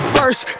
First